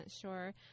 sure